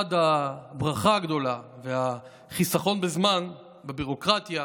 לצד הברכה הגדולה והחיסכון בזמן, בביורוקרטיה,